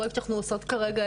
יש לנו פרויקט שאנחנו עושות כרגע,